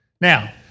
Now